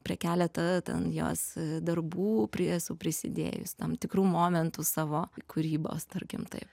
prie keletą ten jos darbų prie esu prisidėjus tam tikrų momentų savo kūrybos tarkim taip